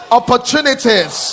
opportunities